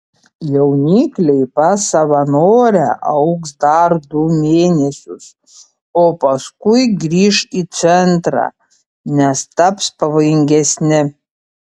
jaunikliai pas savanorę augs dar du mėnesius o paskui grįš į centrą nes taps pavojingesni